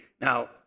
Now